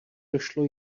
došlo